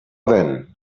then